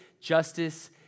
justice